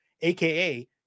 AKA